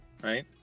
right